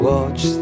Watch